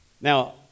Now